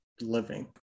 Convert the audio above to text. living